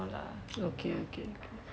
okay okay okay